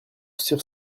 sur